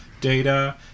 data